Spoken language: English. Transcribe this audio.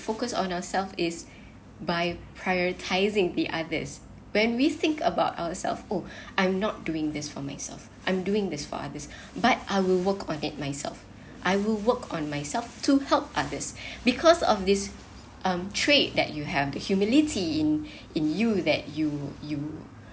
focus on ourselves is by prioritising the others when we think about ourselves oh I'm not doing this for myself I'm doing this for others but I will work on it myself I will work on myself to help others because of this um trade that you have the humility in in you that you you